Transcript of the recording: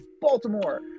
Baltimore